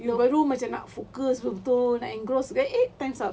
you baru macam nak focus betul-betul engross eh time's up